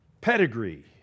pedigree